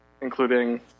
including